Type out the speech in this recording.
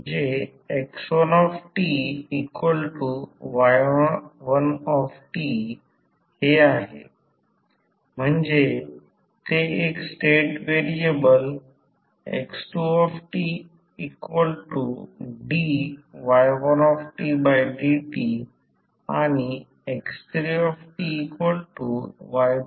जे x1ty1t हे आहे म्हणजे ते एक स्टेट व्हेरिएबल x2dy1dt आणि x3y2t